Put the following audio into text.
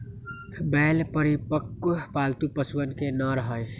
बैल परिपक्व, पालतू पशुअन के नर हई